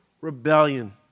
rebellion